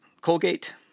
Colgate